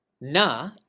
Na